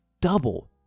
double